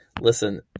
Listen